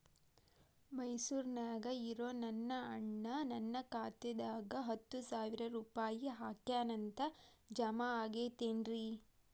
ಮೈಸೂರ್ ನ್ಯಾಗ್ ಇರೋ ನನ್ನ ಅಣ್ಣ ನನ್ನ ಖಾತೆದಾಗ್ ಹತ್ತು ಸಾವಿರ ರೂಪಾಯಿ ಹಾಕ್ಯಾನ್ ಅಂತ, ಜಮಾ ಆಗೈತೇನ್ರೇ?